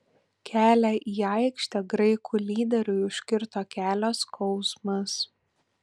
kelią į aikštę graikų lyderiui užkirto kelio skausmas